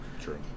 True